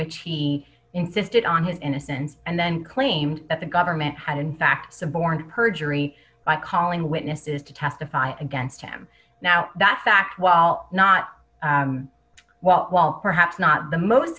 which he insisted on his innocence and then claimed that the government had in fact suborned perjury by calling witnesses to testify against him now that's fact well not well while perhaps not the most